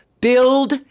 build